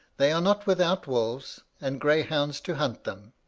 they are not without wolves, and greyhounds to hunt them